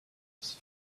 must